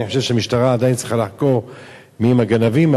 אני חושב שהמשטרה עדיין צריכה לחקור מי הגנבים.